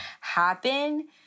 happen